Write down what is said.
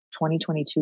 2022